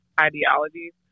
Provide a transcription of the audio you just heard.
ideologies